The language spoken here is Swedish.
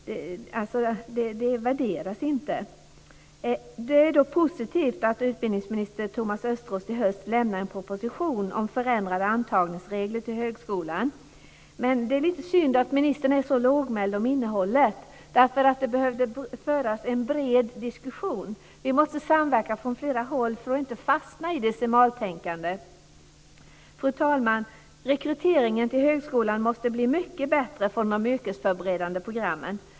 Det värderas inte. Det är positivt att utbildningsminister Thomas Östros i höst lämnar en proposition om förändrade antagningsregler till högskolan. Men det är lite synd att ministern är så lågmäld om innehållet. Det behöver föras en bred diskussion. Vi måste samverka från flera håll för att inte fastna i decimaltänkande. Fru talman! Rekryteringen till högskolan måste bli mycket bättre från de yrkesförberedande programmen.